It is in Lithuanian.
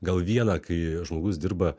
gal vieną kai žmogus dirba